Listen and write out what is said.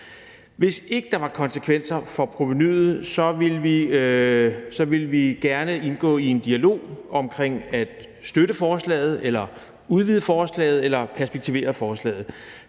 Hvis ikke der var konsekvenser for provenuet, så ville vi gerne indgå i en dialog omkring at støtte forslaget eller udvide forslaget eller perspektivere forslaget.